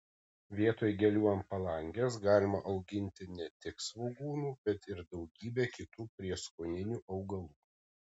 vietoj gėlių ant palangės galima auginti ne tik svogūnų bet ir daugybę kitų prieskoninių augalų